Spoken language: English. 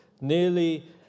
Nearly